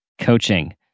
coaching